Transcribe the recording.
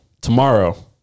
Tomorrow